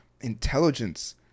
intelligence